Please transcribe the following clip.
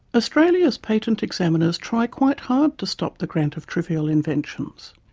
australia's patent examiners try quite hard to stop the grant of trivial inventions,